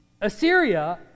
Assyria